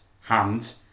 hand